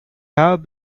have